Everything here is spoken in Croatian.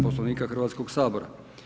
Poslovnika Hrvatskog sabora.